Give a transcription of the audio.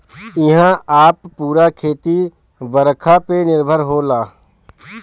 इहां पअ पूरा खेती बरखा पे निर्भर होला